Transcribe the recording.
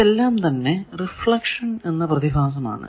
ഇതെല്ലാം തന്നെ റിഫ്ലക്ഷൻ എന്ന പ്രതിഭാസമാണ്